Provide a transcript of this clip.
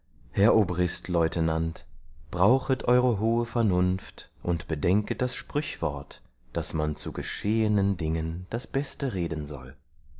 herr obristleutenant brauchet eure hohe vernunft und bedenket das sprüchwort daß man zu geschehenen dingen das beste reden soll